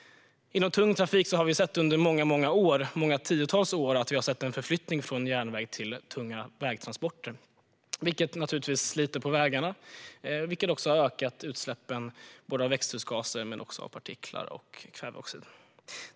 Inom tung trafik har vi under många tiotals år sett en förflyttning från järnväg till tunga vägtransporter, vilket naturligtvis sliter på vägarna och ökar våra utsläpp av växthusgaser men också partiklar och kväveoxider.